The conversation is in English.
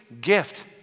gift